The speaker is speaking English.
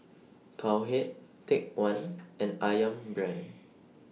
Cowhead Take one and Ayam Brand